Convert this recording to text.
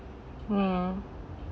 mm